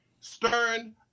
stern